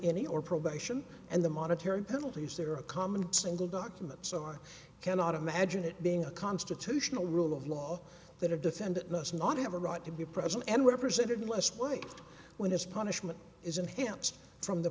any or probation and the monetary penalties there are a common single document so i cannot imagine it being a constitutional rule of law that a defendant must not have a right to be present and represented less weight when his punishment is enhanced from the